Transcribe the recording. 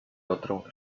otro